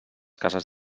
cases